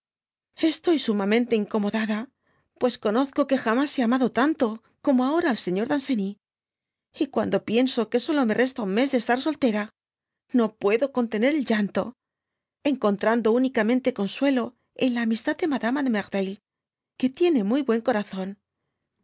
estoy simiamente incomodada pues conozco que jamas hé amado tanto como ahora al señor danoeny y cuando pienso que solo me resta un mes de estar soltera no puedo contener el llanto j encontrando únicamente consuelo en la amistad de madama de merteuil y que tiene muy buen corazón